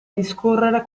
discorrere